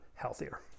Healthier